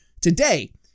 today